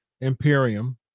imperium